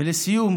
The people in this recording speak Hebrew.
ולסיום